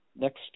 Next